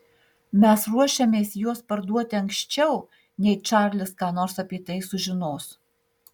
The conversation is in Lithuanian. mes ruošiamės juos parduoti anksčiau nei čarlis ką nors apie tai sužinos